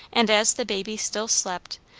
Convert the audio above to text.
and as the baby still slept,